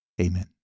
Amen